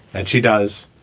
and she does.